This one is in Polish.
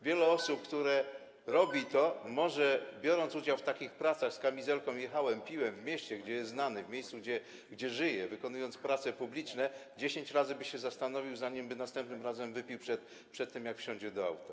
Wiele osób, które to robi, może biorąc udział w takich pracach z kamizelką „jechałem, piłem” w mieście, gdzie jest się znanym, w miejscu, gdzie się żyje, wykonując prace publiczne, dziesięć razy by się zastanowiło, zanim następnym razem wypiłoby przed tym, jak wsiądzie do auta.